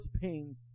pains